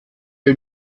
die